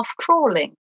crawling